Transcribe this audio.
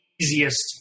easiest